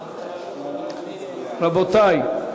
רבותי,